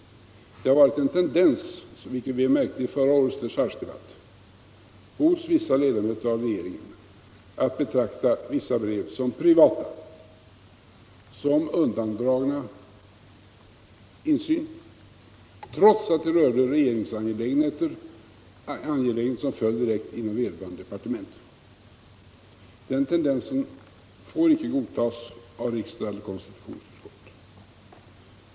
Det har funnits en tendens, som vi märkte redan vid förra årets dechargedebatt, hos några ledamöter av regeringen att betrakta vissa brev som privata, som undandragna insyn trots att de rörde angelägenheter som föll direkt under vederbörande departement. Den tendensen får icke godtas av riksdag eller konstitutionsutskott.